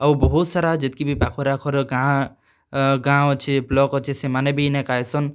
ଆଉ ବହୁତ୍ ସାରା ଯେତ୍କି ବି ପାଖର୍ ଆଖର୍ ଗାଁ ଗାଁ ଅଛେ ବ୍ଲକ୍ ଅଛେ ସେମାନେ ବି ଇନେକା ଆଏସନ୍